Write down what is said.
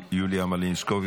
יוליה מלינובסקי,